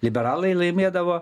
liberalai laimėdavo